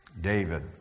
David